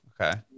Okay